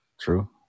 True